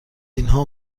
اینها